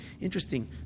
Interesting